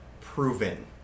proven